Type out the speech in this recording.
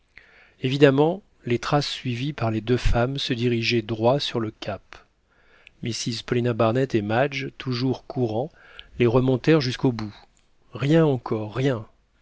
évidemment les traces suivies par les deux femmes se dirigeaient droit sur le cap mrs paulina barnett et madge toujours courant les remontèrent jusqu'au bout rien encore rien